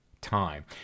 time